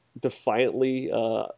defiantly